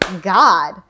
god